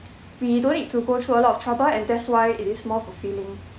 we don't need to go through a lot of trouble and that's why it is more fulfilling